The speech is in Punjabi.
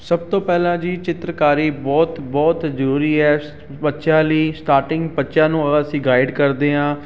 ਸਭ ਤੋਂ ਪਹਿਲਾਂ ਜੀ ਚਿੱਤਰਕਾਰੀ ਬਹੁਤ ਬਹੁਤ ਜ਼ਰੂਰੀ ਹੈ ਸ਼ ਬੱਚਿਆਂ ਲਈ ਸਟਾਰਟਿੰਗ ਬੱਚਿਆਂ ਨੂੰ ਅਸੀਂ ਗਾਈਡ ਕਰਦੇ ਹਾਂ